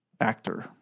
actor